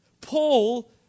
Paul